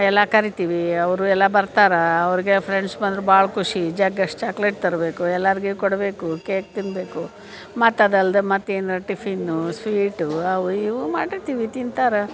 ಎಲ್ಲ ಕರೀತೀವಿ ಅವರು ಎಲ್ಲ ಬರ್ತಾರೆ ಅವ್ರಿಗೆ ಫ್ರೆಂಡ್ಸ್ ಬಂದ್ರೆ ಭಾಳ ಖುಷಿ ಜಗ್ ಅಷ್ಟು ಚಾಕ್ಲೇಟ್ ತರಬೇಕು ಎಲ್ಲಾರ್ಗೂ ಕೊಡಬೇಕು ಕೇಕ್ ತಿನ್ನಬೇಕು ಮತ್ತು ಅದಲ್ಲದೆ ಮತ್ತು ಏನು ಟಿಫಿನ್ನು ಸ್ವೀಟು ಅವು ಇವು ಮಾಡಿರ್ತೀವಿ ತಿಂತಾರೆ